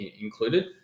included